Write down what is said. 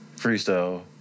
freestyle